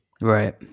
right